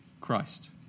Christ